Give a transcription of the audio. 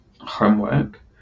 homework